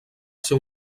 ser